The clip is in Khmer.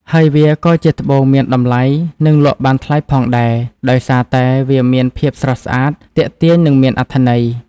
ហើយវាក៏ជាត្បូងមានតម្លៃនិងលក់បានថ្លៃផងដែរ ដោយសារតែវាមានភាពស្រស់ស្អាត ទាក់ទាញនិងមានអត្ថន័យ។